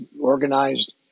organized